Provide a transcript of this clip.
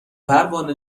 پروانه